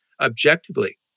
objectively